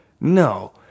No